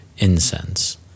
incense